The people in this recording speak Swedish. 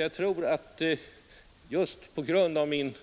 Jag tror, kanske just på grund av min